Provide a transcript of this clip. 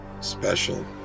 special